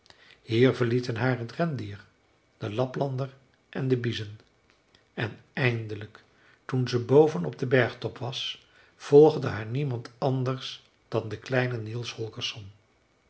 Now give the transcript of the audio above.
hier verlieten haar het rendier de laplander en de biezen en eindelijk toen ze boven op den bergtop was volgde haar niemand anders dan de kleine niels